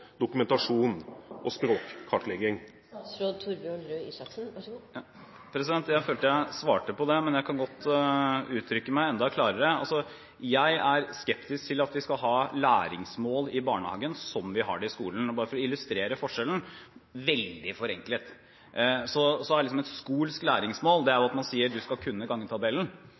dokumentasjon og språkkartlegging? Jeg mener jeg svarte på det, men jeg kan godt uttrykke meg enda klarere. Jeg er skeptisk til at vi skal ha læringsmål i barnehagen som vi har det i skolen. Bare for å illustrere forskjellen – veldig forenklet: En skoles læringsmål er at du skal kunne gangetabellen. En type ferdighetsmål, en type prosessmål, som man har i barnehagen, er at du skal jobbe med gangetabellen.